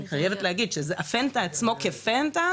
אני חייבת להגיד שהפנטה עצמו כפנטה,